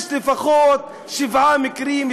יש לפחות שבעה מקרים,